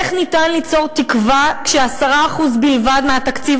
איך ניתן ליצור תקווה כש-10% בלבד מהתקציב